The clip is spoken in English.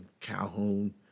Calhoun